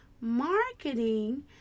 marketing